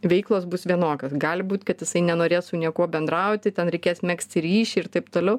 veiklos bus vienokios gali būt kad jisai nenorės su niekuo bendrauti ten reikės megzti ryšį ir taip toliau